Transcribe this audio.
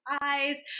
eyes